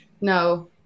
no